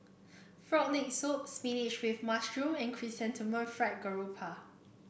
Frog Leg Soup Spinach with Mushroom and Chrysanthemum Fried Garoupa